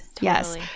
Yes